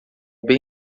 bem